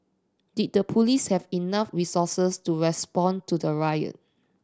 did the police have enough resources to respond to the riot